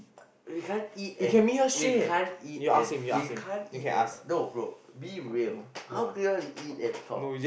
we can't eat and we can't eat and we can't eat and no bro be real how can you guys eat and talk